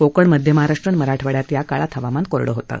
कोकण मध्य महाराष्ट आणि मराठवाड़यात या काळात हवामान कोरडं होतं